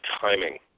timing